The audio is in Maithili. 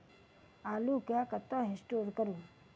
आलु केँ कतह स्टोर करू?